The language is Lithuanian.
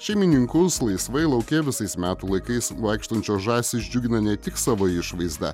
šeimininkus laisvai lauke visais metų laikais vaikštančios žąsys džiugina ne tik savo išvaizda